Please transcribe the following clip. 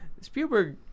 Spielberg